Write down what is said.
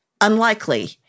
unlikely